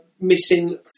missing